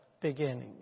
beginning